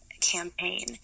campaign